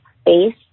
space